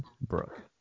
Brooke